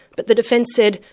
but the defence said,